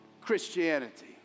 Christianity